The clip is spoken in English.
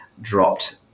dropped